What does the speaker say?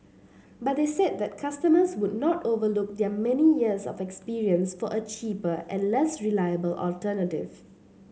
but they said that customers would not overlook their many years of experience for a cheaper and less reliable alternative